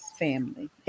family